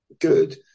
good